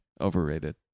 Overrated